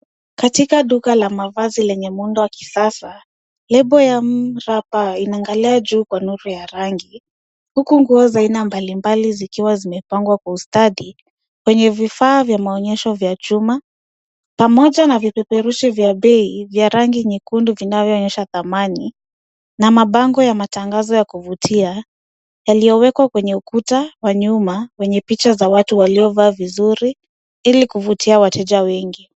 Katika duka la mavazi lenye muundo wa kisasa labo ya M Wrapper inaangalia juu kwa nuru ya rangi huku nguo za aina mbalimbali zikiwa zimepangwa kwa ustadi kwenye vifaa vya maonyesho vya chuma pamoja na vipeperushi vya bei vya rangi nyekundu vinavyonyesha dhamani na mabango ya matangazo ya kuvutia yaliyowekwa kwenye ukuta wa nyuma wenye picha za watu waliovaa vizuri ili kuvutia wateja wengi.